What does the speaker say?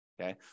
okay